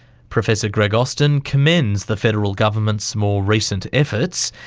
professor greg austin commends the federal government's more recent efforts,